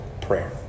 prayer